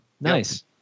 nice